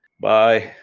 Bye